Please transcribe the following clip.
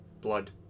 blood